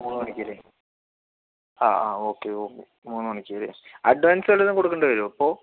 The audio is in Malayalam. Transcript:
മൂന്നുമണിക്കല്ലേ ആ ആ ഓക്കെ ഓക്കെ മൂന്നുമണിക്കല്ലേ അഡ്വാൻസ് വല്ലതും കൊടുക്കേണ്ടിവരുവോ അപ്പോൾ